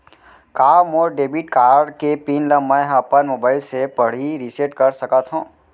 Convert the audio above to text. का मोर debit card के पिन ल मैं ह अपन मोबाइल से पड़ही रिसेट कर सकत हो?